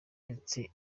ndetse